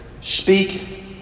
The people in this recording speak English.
Speak